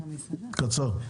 קצר.